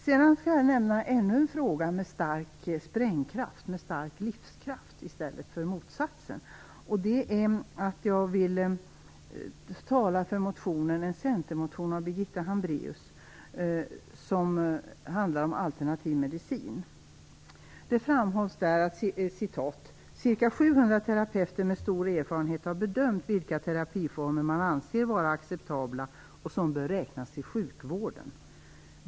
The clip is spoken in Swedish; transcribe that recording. Sedan vill jag nämna ännu en fråga med stark sprängkraft - en fråga med stark livskraft i stället för motsatsen. Jag vill nämligen tala för en centermotion som är skriven av Birgitta Hambraeus och som handlar om alternativ medicin. Det framhålls där att ca 700 terapeuter med stor erfarenhet har bedömt vilka terapiformer som kan anses vara acceptabla och som bör räknas till sjukvården.